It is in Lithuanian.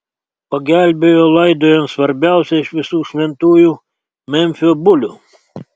pagelbėjo laidojant svarbiausią iš visų šventųjų memfio bulių